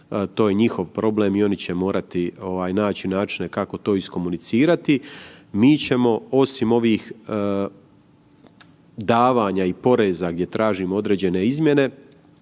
to je njihov problem i oni će morati naći načine kako to iskomunicirati. Mi ćemo osim ovih davanja i poreza gdje tražimo određene izmjene